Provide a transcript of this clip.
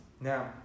now